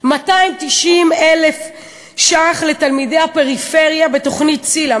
290,000 ש"ח לתלמידי הפריפריה בתוכנית ציל"ה,